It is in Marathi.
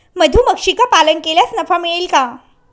मधुमक्षिका पालन केल्यास नफा मिळेल का?